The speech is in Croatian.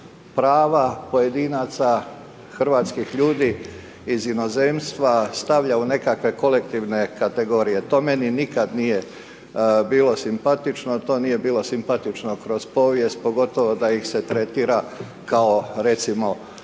prava pojedinaca hrvatskih ljudi iz inozemstva stavljaju u nekakve kolektivne kategorije. To meni nikad nije bilo simpatično, to nije bilo simpatično kroz povijest pogotovo da ih se tretira kao recimo